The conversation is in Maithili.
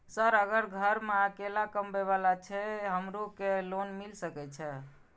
सर अगर घर में अकेला कमबे वाला छे हमरो के लोन मिल सके छे?